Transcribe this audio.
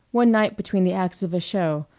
one night between the acts of a show.